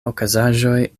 okazaĵoj